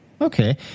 Okay